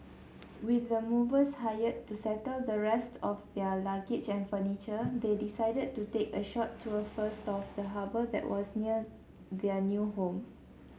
with the movers hired to settle the rest of their luggage and furniture they decided to take a short tour first of the harbour that was near their new home